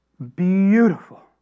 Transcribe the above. Beautiful